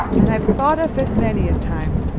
and i've thought of it many a time.